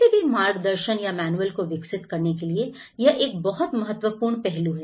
किसी भी मार्गदर्शन या मैनुअल को विकसित करने के लिए यह एक बहुत महत्वपूर्ण पहलू है